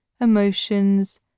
emotions